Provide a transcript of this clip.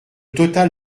total